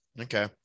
okay